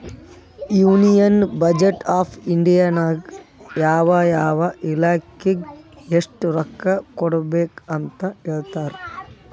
union budget of India ನಾಗ್ ಯಾವ ಯಾವ ಇಲಾಖೆಗ್ ಎಸ್ಟ್ ರೊಕ್ಕಾ ಕೊಡ್ಬೇಕ್ ಅಂತ್ ಹೇಳ್ತಾರ್